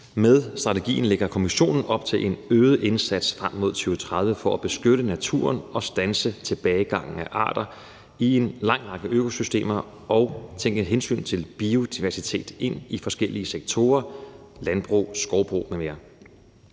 Med strategien lægger Kommissionen op til en øget indsats frem mod 2030 for at beskytte naturen og standse tilbagegangen af arter i en lang række økosystemer og tænke hensynet til biodiversitet ind i forskellige sektorer som landbrug, skovbrug m.m.